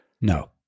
No